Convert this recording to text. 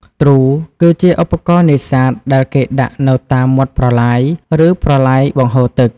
ទ្រូ គឺជាឧបករណ៍នេសាទដែលគេដាក់នៅតាមមាត់ប្រឡាយ ឬប្រឡាយបង្ហូរទឹក។